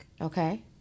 Okay